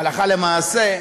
הלכה למעשה,